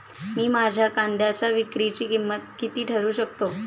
मी माझ्या कांद्यांच्या विक्रीची किंमत किती ठरवू शकतो?